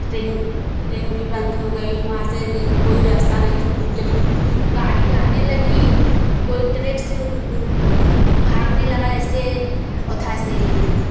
train train भी बंद हो गई वहाँ से कोई रास्ता नहीं तो पहुँचे जब गाड़ी आने लगी कोई ट्रक से भागने लगा ऐसे उठा से